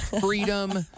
freedom